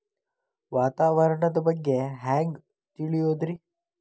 ವಾತಾವರಣದ ಬಗ್ಗೆ ಹ್ಯಾಂಗ್ ತಿಳಿಯೋದ್ರಿ?